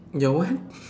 your what